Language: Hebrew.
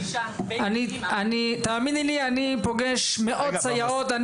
אני פוגש מאות סייעות.